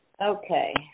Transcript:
Okay